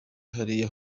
hariya